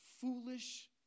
foolish